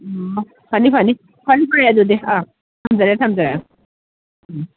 ꯎꯝ ꯐꯅꯤ ꯐꯅꯤ ꯐꯅꯤ ꯍꯣꯏ ꯑꯗꯨꯗꯤ ꯑꯥ ꯊꯝꯖꯔꯦ ꯊꯝꯖꯔꯦ ꯎꯝ